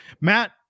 Matt